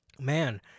man